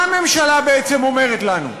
מה הממשלה בעצם אומרת לנו?